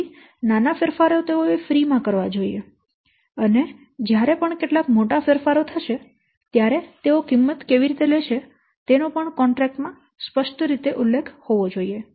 તેથી નાના ફેરફારો તેઓએ ફ્રી માં કરવા જોઈએ અને જ્યારે પણ કેટલાક મોટા ફેરફારો થશે ત્યારે તેઓ કિંમત કેવી રીતે લેશે તેનો કોન્ટ્રેક્ટ માં સ્પષ્ટ ઉલ્લેખ કરવો જોઈએ